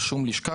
על שום לשכה,